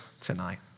tonight